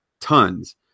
tons